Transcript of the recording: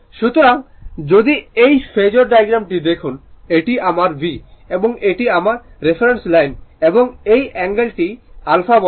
সুতরাং যদি এই ফেজোর ডায়াগ্রামটি দেখুন এটি আমার V এবং এটি আমার রেফারেন্স লাইন এবং এই অ্যাঙ্গেল টি α বলা হয়